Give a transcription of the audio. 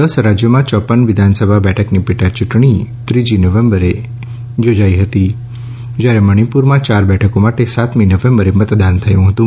દશ રાજયોમાં યોપન વિધાનસભા બેઠકની પેટાયૂંટણીમાં ત્રીજી નવેંબરે મતદાન યોજાયું હતું જયારે મણીપુરમાં ચાર બેઠકો માટે સાતમી નવેંબરે મતદાન થયું હતું